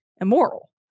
immoral